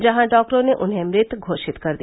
जहां डॉक्टरों ने उन्हें मृत घोषित कर दिया